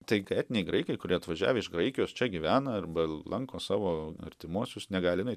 taigi etniniai graikai kurie atvažiavę iš graikijos čia gyvena arba lanko savo artimuosius negali nueit